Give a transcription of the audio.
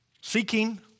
seeking